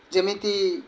ଯେମିତି